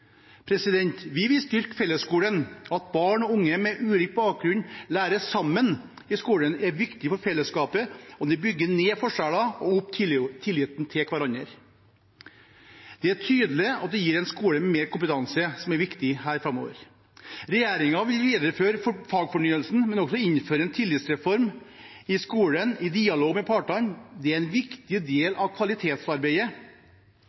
Vi vil styrke fellesskolen. At barn og unge med ulik bakgrunn lærer sammen i skolen, er viktig for fellesskapet – det bygger ned forskjeller og opp tilliten til hverandre. Det er tydelig, og det gir en skole med mer kompetanse, som er viktig framover. Regjeringen vil videreføre fagfornyelsen, men også innføre en tillitsreform i skolen i dialog med partene. Det er en viktig